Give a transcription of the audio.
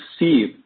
receive